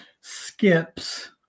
skips